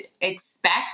expect